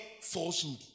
falsehood